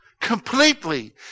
completely